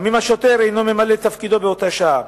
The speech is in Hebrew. גם אם השוטר אינו ממלא את תפקידו באותה שעה.